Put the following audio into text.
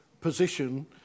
position